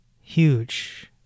huge